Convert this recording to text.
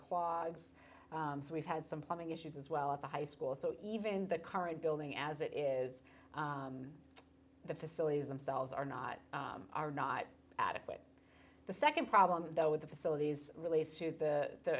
clogs so we've had some plumbing issues as well at the high school so even the current building as it is the facilities themselves are not are not adequate the nd problem though busy with the facilities relates to the